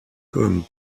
comme